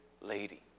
lady